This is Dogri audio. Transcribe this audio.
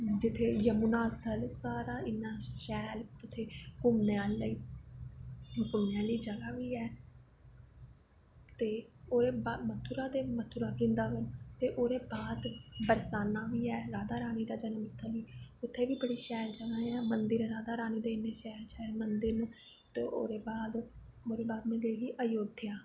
जित्थें जमुना स्थल इन्ना सैल मैह्ल मैह्लें च जगाह् बी ऐ मथुरा वृंदावन ते ओह्दे बाद बरसाना बी ऐ राधा रानी दा जन्म उत्थें बी बड़ी सैल जगाह्ऐ मन्दर ऐं राधा रानी दे इन्ने शैल शैल मन्दर ते ओह्दे बाद में गेदी अयोध्या